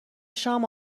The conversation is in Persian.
شام